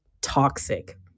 toxic